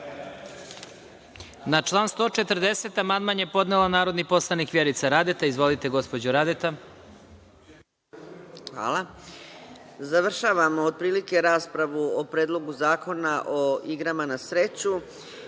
član 140. amandman je podnela narodni poslanik Vjerica Radeta. Izvolite, gospođo Radeta. **Vjerica Radeta** Hvala. Završavamo otprilike raspravu o Predlogu zakona o igrama na sreću